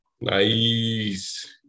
Nice